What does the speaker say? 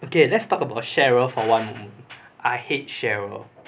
okay let's talk about cheryl for one moment I hate cheryl